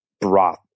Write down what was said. broth